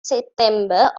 september